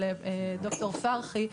של ד"ר פרחי,